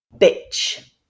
Bitch